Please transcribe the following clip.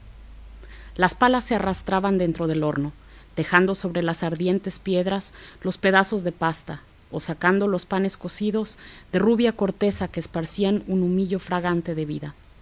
las palas se arrastraban dentro del horno dejando sobre las ardientes piedras los pedazos de pasta o sacando los panes cocidos de rubia corteza que esparcían un humillo fragante de vida